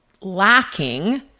lacking